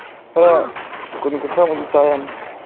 ꯈꯔ ꯀꯨꯟ ꯀꯨꯟꯊ꯭ꯔꯥꯃꯨꯛꯇꯤ ꯇꯥ ꯌꯥꯅꯤ